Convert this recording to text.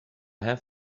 have